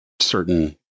certain